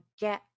get